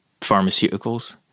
pharmaceuticals